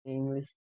English